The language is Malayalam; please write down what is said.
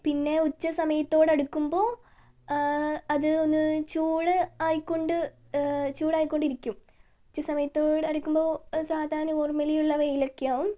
പിന്നെ ഉച്ച സമയത്തോടടുക്കുമ്പോൾ അത് ഒന്ന് ചൂട് ആയിക്കൊണ്ട് ചൂട് ആയിക്കൊണ്ടിരിക്കും ഉച്ച സമയത്തോട് അടുക്കുമ്പോൾ അത് സാധാ നോർമലി ഉള്ള വെയിൽ ഒക്കെ ആകും